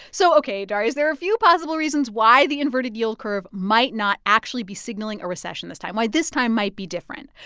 so ok, darius, there are a few possible reasons why the inverted yield curve might not actually be signaling a recession this time, why this time might be different.